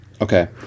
Okay